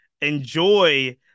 Enjoy